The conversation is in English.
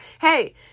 Hey